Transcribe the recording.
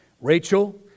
Rachel